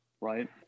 right